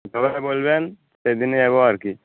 যবে বলবেন সেদিনে যাব আর কি